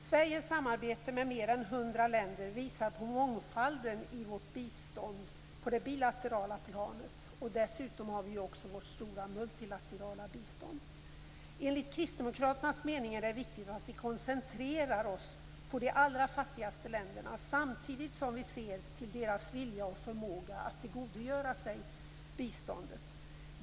Sveriges samarbete med mer än 100 länder visar på mångfalden i vårt bistånd på det bilaterala planet. Dessutom har vi också vårt stora multilaterala bistånd. Enligt kristdemokraternas mening är det viktigt att vi koncentrerar oss på de allra fattigaste länderna samtidigt som vi ser till deras vilja och förmåga att tillgodogöra sig biståndet.